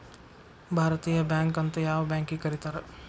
ಭಾರತೇಯ ಬ್ಯಾಂಕ್ ಅಂತ್ ಯಾವ್ ಬ್ಯಾಂಕಿಗ್ ಕರೇತಾರ್?